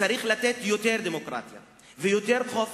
צריך לתת יותר דמוקרטיה ויותר חופש,